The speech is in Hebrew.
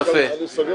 אוקיי.